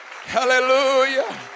Hallelujah